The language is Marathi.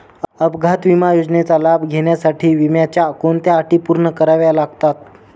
अपघात विमा योजनेचा लाभ घेण्यासाठी विम्याच्या कोणत्या अटी पूर्ण कराव्या लागतात?